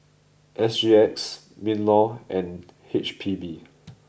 S G X Minlaw and H P B